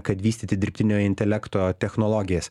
kad vystyti dirbtinio intelekto technologijas